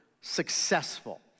successful